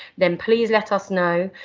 then please let us know,